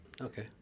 Okay